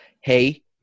hey